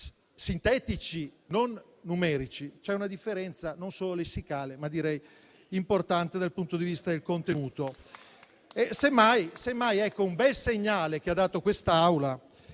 sintetici, non numerici. E vi è una differenza, non solo lessicale, ma importante anche dal punto di vista del contenuto.